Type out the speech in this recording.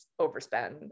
overspend